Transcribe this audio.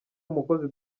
umukozi